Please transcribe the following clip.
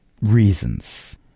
reasons